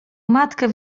matkę